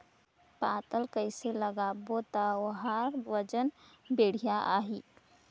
पातल कइसे लगाबो ता ओहार वजन बेडिया आही?